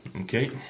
okay